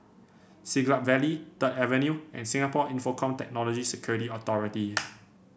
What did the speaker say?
Siglap Valley Third Avenue and Singapore Infocomm Technology Security Authority